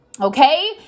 Okay